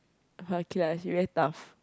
okay lah she very tough